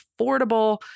affordable